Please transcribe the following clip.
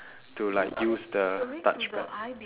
to like use the touchpad